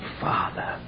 Father